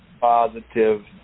positive